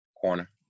Corner